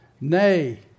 Nay